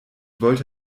wollte